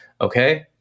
okay